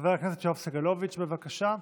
חבר הכנסת יואב סגלוביץ', בבקשה.